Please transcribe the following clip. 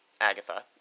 Agatha